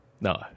No